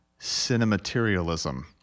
Cinematerialism